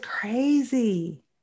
crazy